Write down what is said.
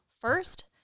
First